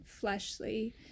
fleshly